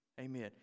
Amen